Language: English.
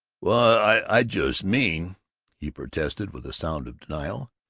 well, i just mean he protested, with a sound of denial.